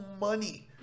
money